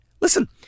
Listen